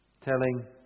Telling